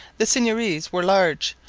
the seigneuries were large,